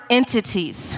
entities